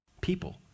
People